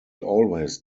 always